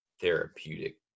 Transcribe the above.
therapeutic